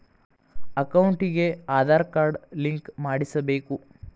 ಅಕೌಂಟಿಗೆ Aadhaar card link ಮಾಡಿಸಬೇಕು?